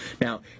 Now